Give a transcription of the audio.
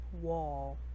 wall